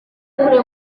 kure